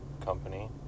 company